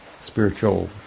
spiritual